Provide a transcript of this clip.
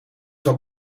wat